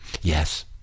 yes